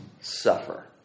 suffer